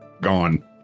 Gone